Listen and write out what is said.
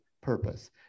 purpose